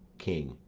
king.